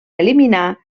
eliminar